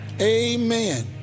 amen